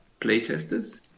playtesters